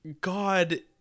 God